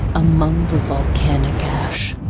among the volcanic ash,